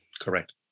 Correct